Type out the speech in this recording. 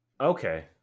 Okay